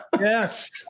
Yes